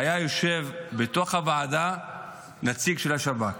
היה יושב בתוך הוועדה נציג של השב"כ,